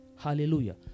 Hallelujah